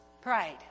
Pride